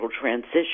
transition